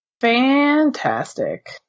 Fantastic